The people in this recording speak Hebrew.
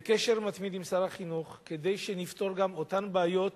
אנחנו בקשר מתמיד עם שר החינוך כדי לפתור גם את אותן בעיות